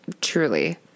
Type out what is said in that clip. Truly